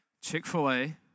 Chick-fil-A